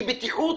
כי בטיחות,